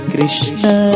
Krishna